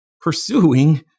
pursuing